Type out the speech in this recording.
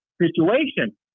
situation